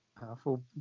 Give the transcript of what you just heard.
Powerful